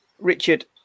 Richard